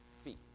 feet